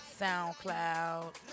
SoundCloud